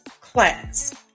class